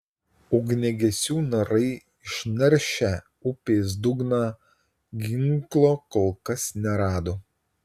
ugniagesių narai išnaršę upės dugną ginklo kol kas nerado